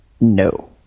No